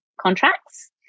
contracts